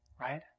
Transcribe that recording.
Right